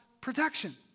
protection